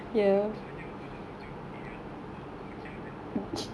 then selepas itu nanti orang tunjuk eh aku bawa Coach ah hari ini